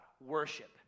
Worship